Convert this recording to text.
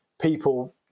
people